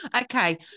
okay